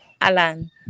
Alan